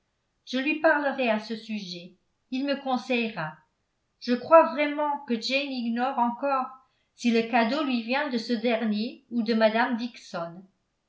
je lui parlerai à ce sujet il me conseillera je crois vraiment que jane ignore encore si le cadeau lui vient de ce dernier ou de mme dixon